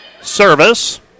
service